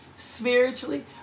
spiritually